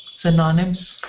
Synonyms